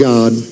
God